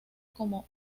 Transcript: como